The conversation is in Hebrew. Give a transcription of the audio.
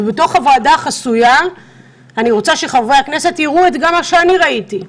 בתוך הוועדה החסויה אני רוצה שחברי הכנסת יראו את מה שאני ראיתי,